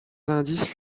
indices